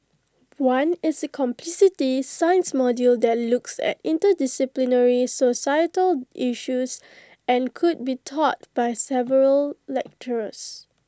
one is A complexity science module that looks at interdisciplinary societal issues and could be taught by several lecturers